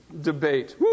debate